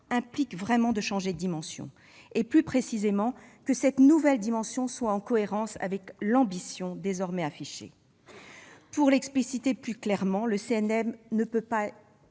implique vraiment de changer de dimension. Plus précisément, il faut que cette nouvelle dimension soit en cohérence avec l'ambition désormais affichée. Pour le dire plus clairement, le CNM ne peut pas